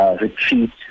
Retreat